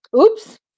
Oops